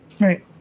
Right